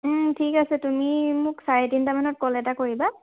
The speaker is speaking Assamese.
ঠিক আছে তুমি মোক চাৰে তিনিটামানত কল এটা কৰিবা